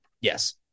yes